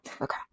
Okay